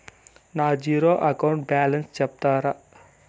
నా zero account balance సెప్తారా?